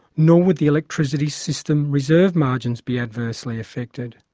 nor would the electricity system reserve margins be adversely affected.